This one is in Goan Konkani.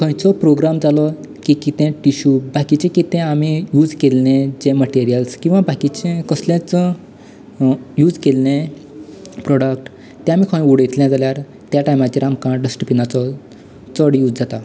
खंयचो प्रोग्राम जालो कितेंय टिशू बाकीचें कितें आमी यूज केल्लें जे मटेरियल्स किंवा बाकीचें कसलेंच यूज केल्ले प्रोडक्ट ते आमी खंय उडयतले जाल्यार त्या टायमाचेर आमकां डस्टबिनाचो चड यूज जाता